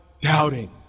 doubting